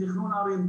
בתכנון ערים,